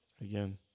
Again